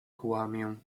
kłamię